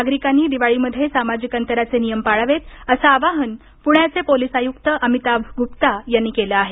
नागरिकांनी दिवाळी मध्ये सामाजिक अंतराचे नियम पाळावेत असं आवाहन पुण्याचे पोलीस आयुक्त अमिताभ गुप्ता यांनी केलं आहे